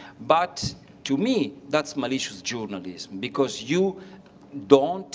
but to me, that's malicious journalism because you don't